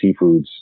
seafoods